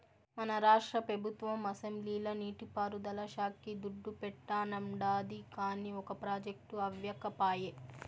మన రాష్ట్ర పెబుత్వం అసెంబ్లీల నీటి పారుదల శాక్కి దుడ్డు పెట్టానండాది, కానీ ఒక ప్రాజెక్టు అవ్యకపాయె